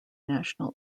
national